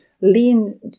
lean